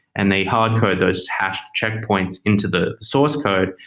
and they hardcode those hash checkpoints into the source code,